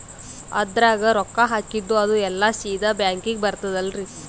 ಅದ್ರಗ ರೊಕ್ಕ ಹಾಕಿದ್ದು ಅದು ಎಲ್ಲಾ ಸೀದಾ ಬ್ಯಾಂಕಿಗಿ ಬರ್ತದಲ್ರಿ?